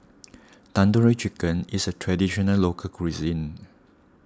Tandoori Chicken is a Traditional Local Cuisine